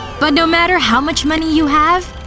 but no matter how much money you have,